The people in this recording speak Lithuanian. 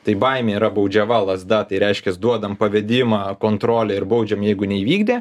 tai baimė yra baudžiava lazda tai reiškias duodame pavedimą kontrolę ir baudžiam jeigu neįvykdę